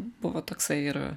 buvo toksai ir